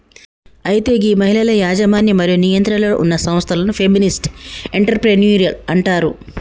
అయితే గీ మహిళల యజమన్యం మరియు నియంత్రణలో ఉన్న సంస్థలను ఫెమినిస్ట్ ఎంటర్ప్రెన్యూరిల్ అంటారు